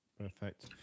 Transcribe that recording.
Perfect